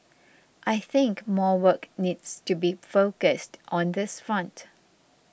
I think more work needs to be focused on this front